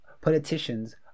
politicians